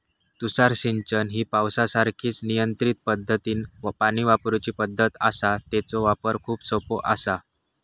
तुषार सिंचन ही पावसासारखीच नियंत्रित पद्धतीनं पाणी वापरूची पद्धत आसा, तेचो वापर खूप सोपो आसा